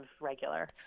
regular